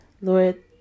Lord